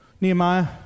Nehemiah